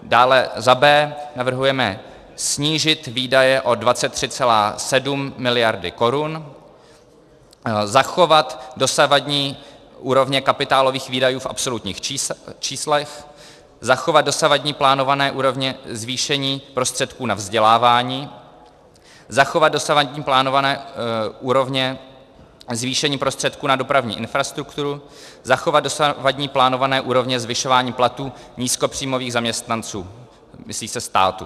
Dále za b) navrhujeme snížit výdaje o 23,7 miliardy korun, zachovat dosavadní úrovně kapitálových výdajů v absolutních číslech, zachovat dosavadní plánované úrovně zvýšení prostředků na vzdělávání, zachovat dosavadní plánované úrovně zvýšení prostředků na dopravní infrastrukturu, zachovat dosavadní plánované úrovně zvyšování platů nízkopříjmových zaměstnanců, myslí se státu.